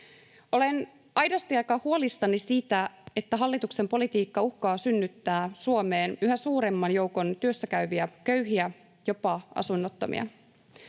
Olen aidosti aika huolissani siitä, että hallituksen politiikka uhkaa synnyttää Suomeen yhä suuremman joukon työssäkäyviä köyhiä, jopa asunnottomia.